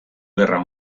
gerra